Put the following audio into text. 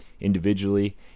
individually